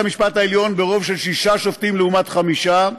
ברוב של שישה שופטים לעומת חמישה,